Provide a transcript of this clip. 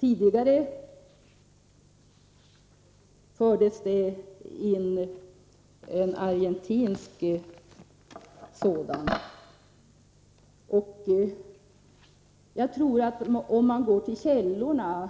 Tidigare fördes det in en argentinsk sådan i debatten. Jag tror inte att dessa